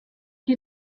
die